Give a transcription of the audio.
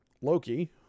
Loki